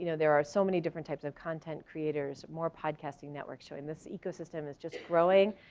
you know there are so many different types of content creators, more podcasting networks showing this ecosystem is just growing,